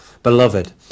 Beloved